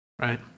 Right